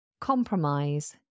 Compromise